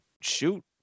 shoot